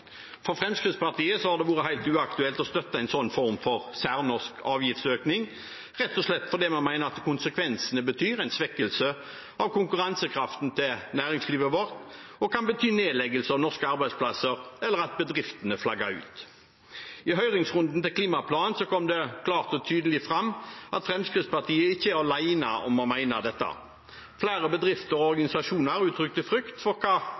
For Fremskrittspartiet har det vært helt uaktuelt å støtte en sånn form for særnorsk avgiftsøkning, rett og slett fordi vi mener at konsekvensene blir en svekkelse av konkurransekraften til næringslivet vårt og kan bety nedleggelse av norske arbeidsplasser eller at bedriftene flagger ut. I høringsrunden til klimaplanen kom det klart og tydelig fram at Fremskrittspartiet ikke er alene om å mene dette. Flere bedrifter og organisasjoner uttrykte frykt for